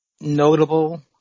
notable